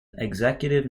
executive